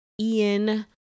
Ian